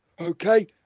Okay